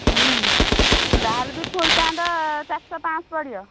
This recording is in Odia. ଯାହା ହେଲେବି ଫୁଲ୍ ପ୍ୟାଣ୍ଟ୍ ଚାରିଶହ ପାଞ୍ଚଶହ ପଡ଼ିବ